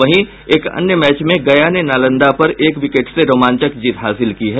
वहीं एक अन्य मैच में गया ने नालंदा पर एक विकेट से रोमांचक जीत हासिल की है